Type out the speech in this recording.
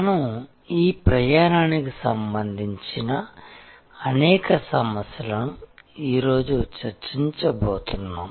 మనం ఈ ప్రయాణానికి సంబంధించిన అనేక సమస్యలను ఈరోజు చర్చించబోతున్నాం